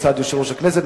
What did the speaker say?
מצד יושב-ראש הכנסת,